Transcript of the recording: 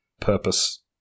purpose